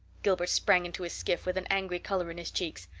gilbert sprang into his skiff with an angry color in his cheeks.